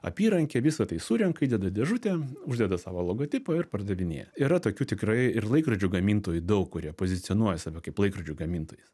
apyrankę visa tai surenka įdeda į dėžutę uždeda savo logotipą ir pardavinėja yra tokių tikrai ir laikrodžių gamintojų daug kurie pozicionuoja save kaip laikrodžių gamintojais